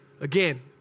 Again